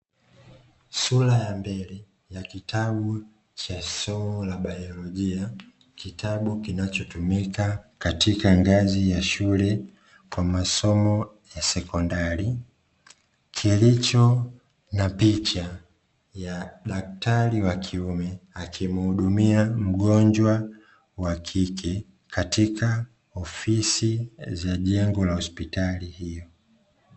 Sura ya mbele ya kitabu cha somo la baiolojia, kitabu kinachotumika katika ngazi ya shule kwa masomo ya sekondari, kilicho na picha ya daktari wa kiume akimuhudumia mgonjwa wa kike katika ofisi za jengo la hospitali hiyo.